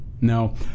No